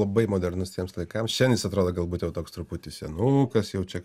labai modernus tiems laikams šiandien jis atrodo galbūt jau toks truputį senukas jau čia